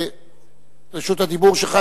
רשות הדיבור שלך,